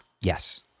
Yes